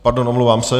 Pardon, omlouvám se.